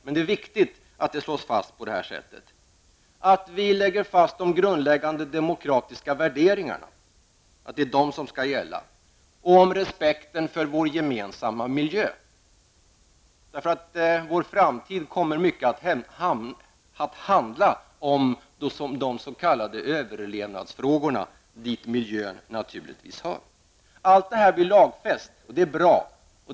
Men det är viktigt att vi på detta sätt lägger fast de grundläggande demokratiska värderingarna och respekten för vår gemensamma miljö. Vår framtid kommer mycket att handla om de s.k. överlevnadsfrågorna, dit miljön naturligtvis hör. Allt detta blir lagfäst, vilket är bra.